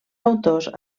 autors